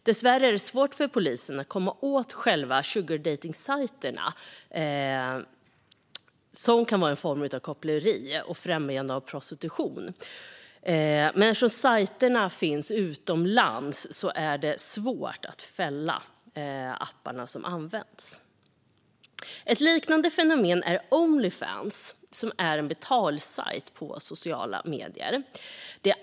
Dessvärre är det svårt för polisen att komma åt sugardejtningssajter och få dem fällda för koppleri och främjande av prostitution eftersom sajterna och apparna som används finns utomlands. Ett liknande fenomen är Onlyfans, som är en betalsajt på sociala medier.